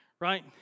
Right